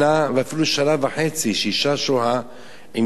שנה ואפילו שנה וחצי שאשה שוהה עם